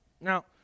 Now